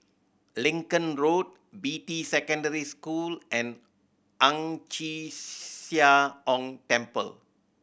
Lincoln Road Beatty Secondary School and Ang Chee Sia Ong Temple